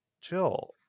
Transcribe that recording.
Chill